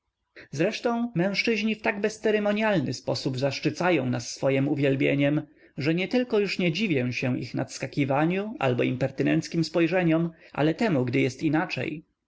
ramionami mężczyźni w tak bezceremonialny sposób zaszczycają nas swojem uwielbieniem że nietylko już nie dziwię się ich nadskakiwaniu albo impertynenckim spojrzeniom ale temu gdy jest inaczej